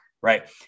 right